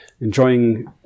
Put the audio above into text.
enjoying